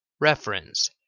Reference